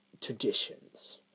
traditions